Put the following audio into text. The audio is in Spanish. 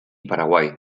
paraguay